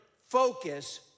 focus